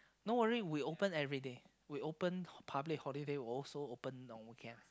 don't worry we open everyday we open public holiday also open on weekend